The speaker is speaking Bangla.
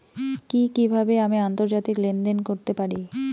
কি কিভাবে আমি আন্তর্জাতিক লেনদেন করতে পারি?